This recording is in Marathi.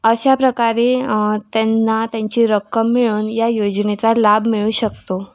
अशाप्रकारे त्यांना त्यांची रक्कम मिळून या योजनेचा लाभ मिळू शकतो